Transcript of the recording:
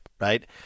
right